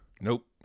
Nope